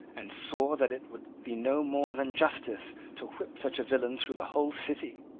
and swore that it would be no more than justice to whip such a villain through the whole city.